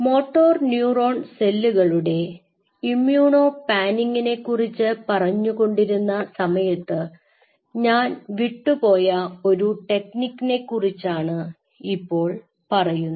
motor neuron സെല്ലുകളുടെ ഇമ്മ്യൂണോ പാനിംങ്ങിനെ കുറിച്ച് പറഞ്ഞു കൊണ്ടിരുന്ന സമയത്ത് ഞാൻ വിട്ടു പോയ ഒരു ടെക്നിക്നെ കുറിച്ചാണ് ഇപ്പോൾ പറയുന്നത്